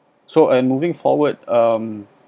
so I'm moving forward um